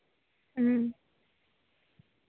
ᱦᱩᱸ